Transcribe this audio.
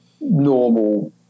normal